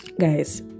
Guys